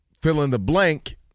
fill-in-the-blank